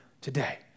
today